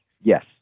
Yes